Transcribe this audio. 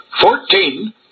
Fourteen